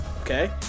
Okay